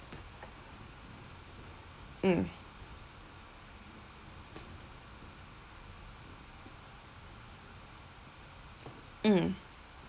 mm mm